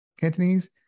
Cantonese